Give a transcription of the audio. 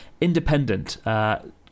independent